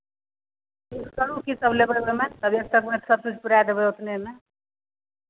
fix करू कीसभ लेबै ओहिमे तब एक तकमे सभचीज पुरा देबै ओतनेमे